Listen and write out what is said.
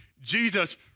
Jesus